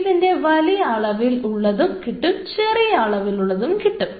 ഇതിൻറെ വലിയ അളവിൽ ഉള്ളതും കിട്ടും ചെറിയ അളവിൽ ഉള്ളതും കിട്ടും